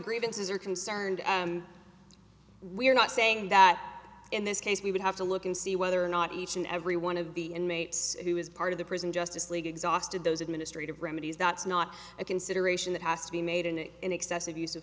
grievances are concerned and we're not saying that in this case we would have to look and see whether or not each and every one of the inmates who is part of the prison justice league exhausted those administrative remedies that's not a consideration that has to be made and an excessive use of